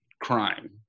crime